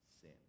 sin